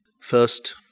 First